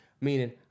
Meaning